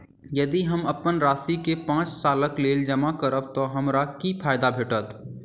यदि हम अप्पन राशि केँ पांच सालक लेल जमा करब तऽ हमरा की फायदा भेटत?